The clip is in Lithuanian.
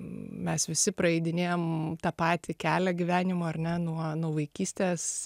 mes visi praeidinėjam tą patį kelią gyvenimo ar ne nuo nuo vaikystės